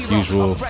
usual